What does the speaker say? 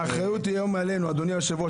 האחריות היא היום עלינו, אדוני יושב הראש.